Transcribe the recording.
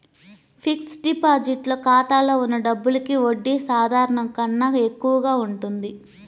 fixed deposit ఖాతాలో ఉన్న డబ్బులకి వడ్డీ సాధారణం కన్నా ఎక్కువగా ఉంటుంది